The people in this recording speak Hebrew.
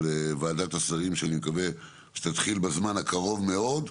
וועדת השרים שאני מקווה שתתחיל בזמן הקרוב מאוד,